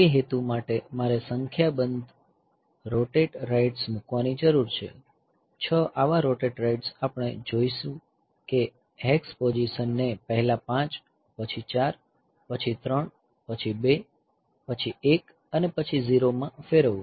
તે હેતુ માટે મારે સંખ્યાબંધ રોટેટ રાઇટ્સ મૂકવાની જરૂર છે 6 આવા રોટેટ રાઇટ્સ આપણે જોઈશે હેક્સ પોઝિશન ને પહેલા 5 પછી 4 પછી 3 પછી 2 પછી 1 અને પછી 0 માં ફેરવવા